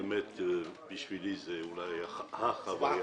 באמת, בשבילי זו אולי החוויה.